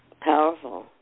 Powerful